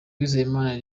uwizeyimana